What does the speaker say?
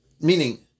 meaning